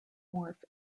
morph